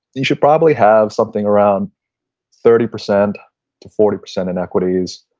you should probably have something around thirty percent to forty percent in equities,